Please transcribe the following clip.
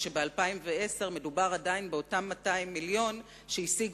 כשב-2010 מדובר עדיין באותם 200 מיליון שהשיג